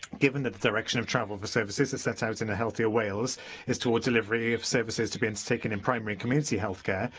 given that the direction of travel for services, as set out in a healthier wales is towards delivery of services to be undertaken in primary and community healthcare,